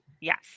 Yes